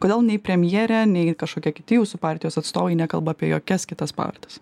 kodėl nei premjerė nei kažkokie kiti jūsų partijos atstovai nekalba apie jokias kitas pavardes